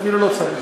אפילו לא צריך.